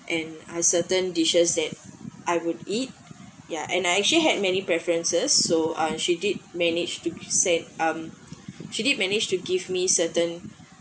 and has certain dishes that I would eat ya and I actually had many preferences so uh she did managed to be send um she didn't manage to give me certain